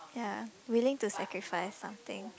ya willing to sacrifice something